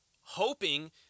hoping